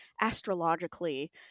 astrologically